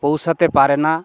পৌঁছাতে পারে না